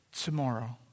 tomorrow